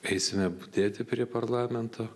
eisime budėti prie parlamento